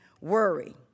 worry